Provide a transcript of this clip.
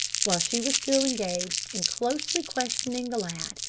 while she was still engaged in closely questioning the lad,